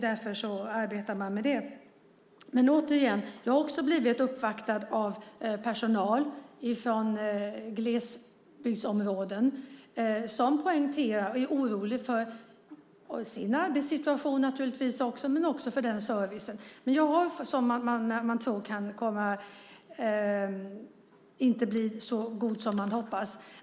Därför arbetar man med det. Jag har blivit uppvaktad av personal från glesbygdsområden som är orolig för sin arbetssituation naturligtvis men också för att servicen inte blir så god som man hoppas.